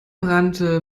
brannte